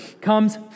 comes